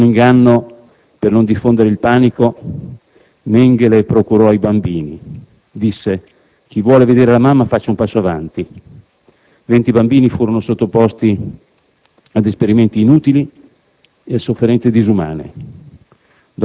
Con un inganno, per non diffondere il panico, Mengele procurò i bambini, dicendo: «Chi vuole vedere la mamma, faccia un passo avanti». Venti bambini furono sottoposti ad esperimenti inutili e a sofferenze disumane.